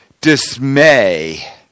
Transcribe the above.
dismay